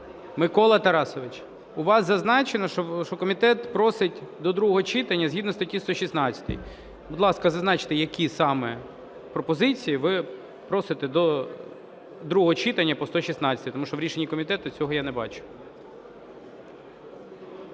Микола Тарасович, у вас зазначено, що комітет просить до другого читання згідно статті 116. Будь ласка, зазначте, які саме пропозиції ви просите до другого читання по 116-й, тому що в рішенні комітету цього я не бачу.